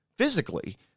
Physically